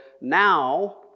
now